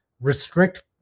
restrict